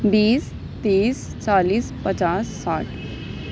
بیس تیس چالیس پچاس ساٹھ